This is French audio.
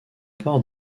port